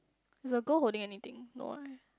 is the girl holding anything no right